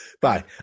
Bye